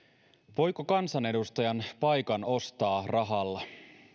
voiko kansanedustajan paikan ostaa rahalla